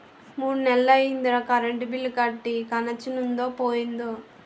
మూడ్నెల్లయ్యిందిరా current bill కట్టీ కనెచ్చనుందో పోయిందో